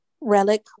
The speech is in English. Relic